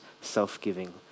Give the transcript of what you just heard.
self-giving